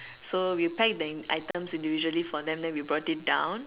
so we packed the items individually for them then we brought it down